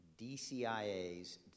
DCIAs